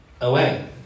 away